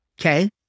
okay